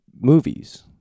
movies